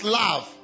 love